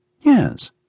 Yes